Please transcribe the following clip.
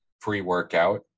pre-workout